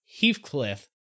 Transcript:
Heathcliff